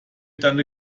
tante